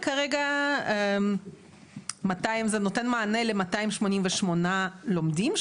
וכרגע זה נותן מענה ל-288 לומדים,